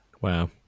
Wow